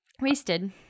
Wasted